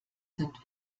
sind